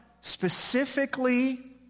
specifically